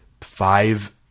five